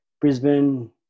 Brisbane